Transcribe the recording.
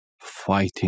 fighting